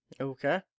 Okay